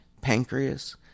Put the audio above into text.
pancreas